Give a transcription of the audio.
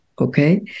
Okay